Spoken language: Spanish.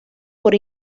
por